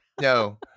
No